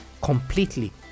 completely